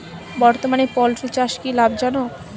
বর্তমানে পোলট্রি চাষ কি লাভজনক?